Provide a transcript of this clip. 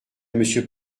monsieur